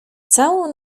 całą